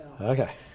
Okay